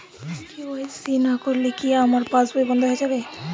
KYC না করলে কি আমার পাশ বই বন্ধ হয়ে যাবে?